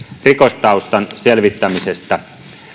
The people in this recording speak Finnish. rikostaustan selvittämisestä